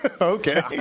Okay